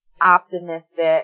optimistic